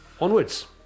onwards